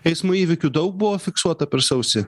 eismo įvykių daug buvo fiksuota per sausį